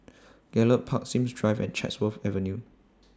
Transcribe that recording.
Gallop Park Sims Drive and Chatsworth Avenue